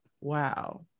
Wow